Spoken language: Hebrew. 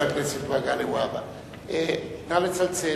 נא לצלצל.